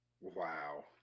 Wow